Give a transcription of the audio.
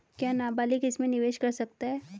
क्या नाबालिग इसमें निवेश कर सकता है?